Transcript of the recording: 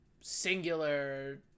singular